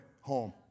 home